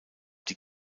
die